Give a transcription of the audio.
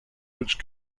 which